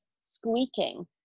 squeaking